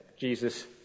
Jesus